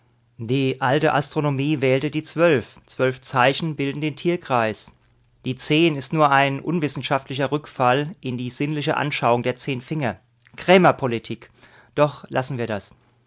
die alte astronomie wählte die zwölf zwölf zeichen bilden den tierkreis die zehn ist nur ein unwissenschaftlicher rückfall in die sinnliche anschauung der zehn finger krämerpolitik doch lassen wir das